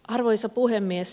arvoisa puhemies